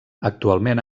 actualment